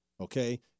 Okay